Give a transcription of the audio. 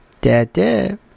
da-da